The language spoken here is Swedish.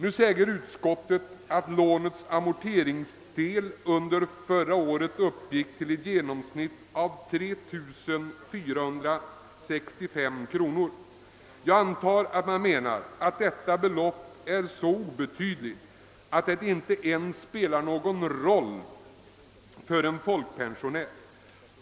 Utskottet skriver att lånens amorteringsdel under förra året uppgick till i genomsnitt 3 465 kronor, och jag antar att utskottet menar att det beloppet är så obetydligt att det inte spelar någon roll ens för en folkpensionär.